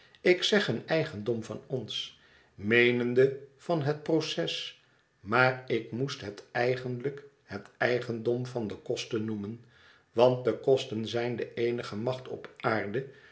ik zeg een eigendom van ons meenende van het proces maar ik moest het eigenlijk het eigendom van de kosten noemen want de kosten zijn de eenige macht op aarde